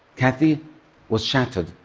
kathy was shattered.